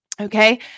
okay